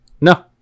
No